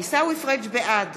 בעד